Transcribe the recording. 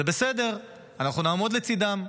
זה בסדר, אנחנו נעמוד לצידם.